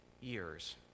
years